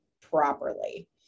properly